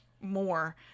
more